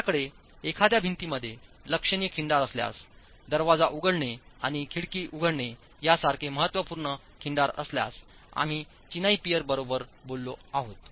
आपल्याकडे एखाद्या भिंतीमध्ये लक्षणीय खिंडार असल्यास दरवाजा उघडणे आणि खिडकी उघडणे यासारखे महत्त्वपूर्ण खिंडार असल्यास आम्ही चिनाई पियर बरोबर बोललो आहोत